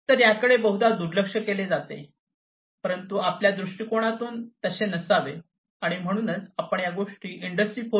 तर याकडे बहुधा दुर्लक्ष केले जाते परंतु आपल्या दृष्टीकोनातून नसावे आणि म्हणूनच आपण या गोष्टी इंडस्ट्री 4